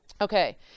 Okay